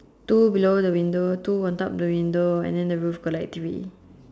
two below the window two on top the window and then the roof got like three